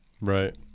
right